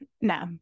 No